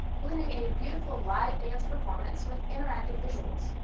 blending a beautiful live dance performance with interactive visuals.